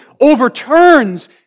overturns